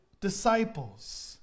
disciples